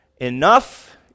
Enough